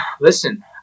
Listen